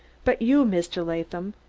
but you, mr. latham,